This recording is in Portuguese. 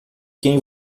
quem